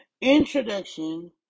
introduction